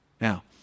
Now